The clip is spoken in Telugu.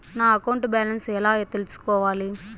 నా అకౌంట్ బ్యాలెన్స్ ఎలా తెల్సుకోవాలి